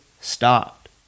stopped